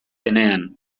denean